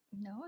No